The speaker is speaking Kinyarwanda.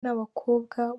n’abakobwa